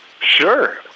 Sure